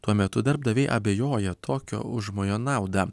tuo metu darbdaviai abejoja tokio užmojo nauda